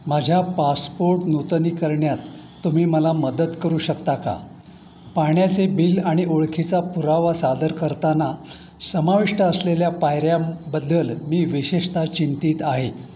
माझ्या पासपोर्ट नूतनीकरणात तुम्ही मला मदत करू शकता का पाण्याचे बिल आणि ओळखीचा पुरावा सादर करताना समाविष्ट असलेल्या पायऱ्या बद्दल मी विशेषतः चिंतित आहे